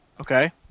Okay